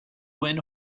when